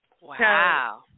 Wow